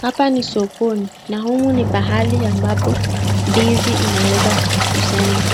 Hapa ni sokoni na humu ni pahali ambapo ndizi inaweza kusanywa.